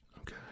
Okay